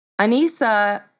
Anissa